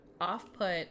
off-put